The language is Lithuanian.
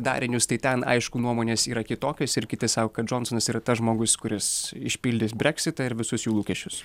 darinius tai ten aišku nuomonės yra kitokios ir kiti sako kad džonsonas yra tas žmogus kuris išpildys breksitą ir visus jų lūkesčius